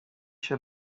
się